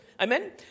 Amen